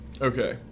Okay